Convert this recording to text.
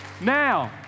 now